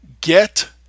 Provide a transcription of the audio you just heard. get